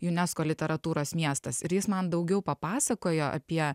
junesko literatūros miestas ir jis man daugiau papasakojo apie